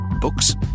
Books